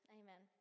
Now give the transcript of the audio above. amen